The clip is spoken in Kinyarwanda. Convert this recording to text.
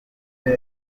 star